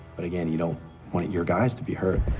but again you don't want your guys to be hurt.